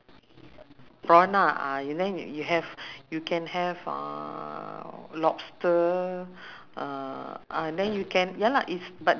have you been to aiman the the okay aiman is just next to the road right and then it's very near okay you know where the mosque is right